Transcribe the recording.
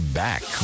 back